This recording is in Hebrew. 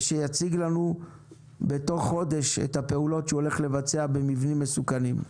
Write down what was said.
ושיציג לנו בתוך חודש את הפעולות שהוא הולך לבצע במבנים מסוכנים.